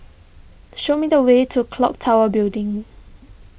show me the way to Clock Tower Building